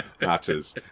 matters